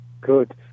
Good